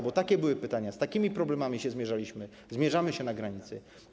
Bo takie były pytania, z takimi problemami się mierzyliśmy, mierzymy się na granicy.